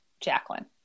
Jacqueline